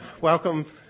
welcome